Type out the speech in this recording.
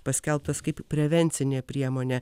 paskelbtas kaip prevencinė priemonė